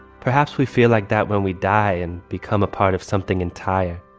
perhaps we feel like that when we die and become a part of something entire,